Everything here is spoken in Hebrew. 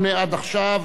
8, עד עכשיו,